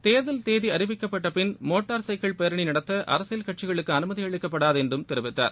தேர்தல் தேதி அறிவிக்கப்பட்ட பின் மோட்டார் சைக்கிள் பேரனி நடத்த அரசியல் கட்சிகளுக்கு அனுமதி அளிக்கப்படாது என்று தெரிவித்தார்